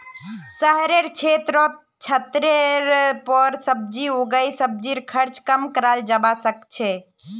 शहरेर क्षेत्रत छतेर पर सब्जी उगई सब्जीर खर्च कम कराल जबा सके छै